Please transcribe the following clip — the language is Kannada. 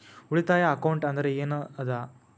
ಉಳಿತಾಯ ಅಕೌಂಟ್ ಅಂದ್ರೆ ಏನ್ ಅದ?